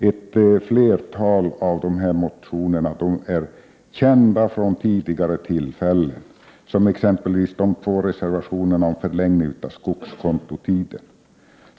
Ett flertal av dessa motioner är kända från tidigare tillfällen, t.ex. de två motionerna om förlängning av skogskontotiden.